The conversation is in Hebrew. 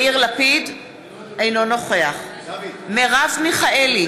אינו נוכח מרב מיכאלי,